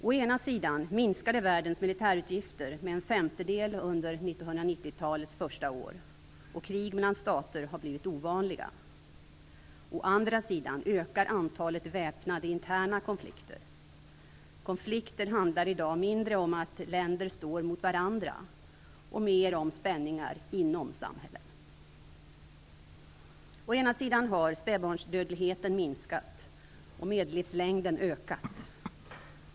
?Å ena sidan minskade världens militärutgifter med en femtedel under 1990-talets första år, och krig mellan stater har blivit ovanliga. Å andra sidan ökar antalet väpnade interna konflikter. Konflikter handlar i dag mindre om att länder står mot varandra och mer om spänningar inom samhällen. ?Å ena sidan har spädbarnsdödligheten minskat och medellivslängden ökat.